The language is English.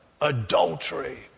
adultery